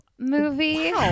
movie